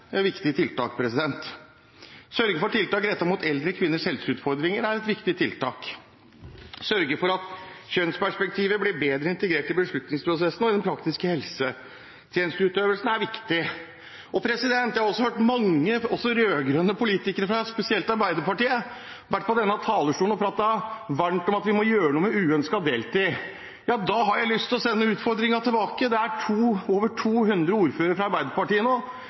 sørge for tiltak mot eldre kvinners helseutfordringer er et viktig tiltak. Å sørge for at kjønnsperspektivet blir bedre integrert i beslutningsprosessene og den praktiske helsetjenesteutøvelsen, er viktig. Jeg har også hørt mange – også rød-grønne politikere, spesielt fra Arbeiderpartiet – som har vært på denne talerstolen og snakket varmt om at vi må gjøre noe med uønsket deltid. Da har jeg lyst til å sende utfordringen tilbake: Det er over 200 ordførere fra Arbeiderpartiet nå,